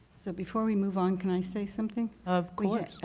so before we move on, can i say something? of course.